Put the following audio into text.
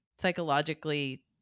psychologically